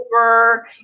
over